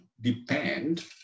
depend